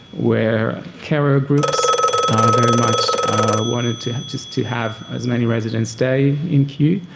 where carer groups very much wanted to just to have as many residents stay in kew,